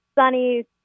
sunny